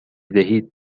دهید